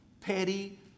petty